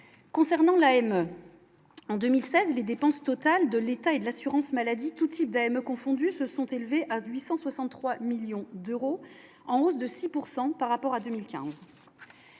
concernant la haine en 2016, les dépenses totales de l'État et de l'assurance maladie tout type d'Aime confondus, se sont élevés à 863 millions d'euros, en hausse de 6 pourcent par rapport à 2015,